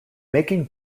making